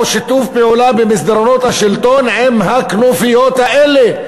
שיתוף פעולה במסדרונות השלטון עם הכנופיות האלה.